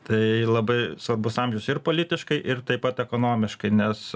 tai labai svarbus amžius ir politiškai ir taip pat ekonomiškai nes